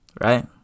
Right